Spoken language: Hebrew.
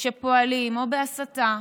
שפועלים בהסתה,